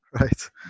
right